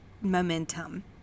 momentum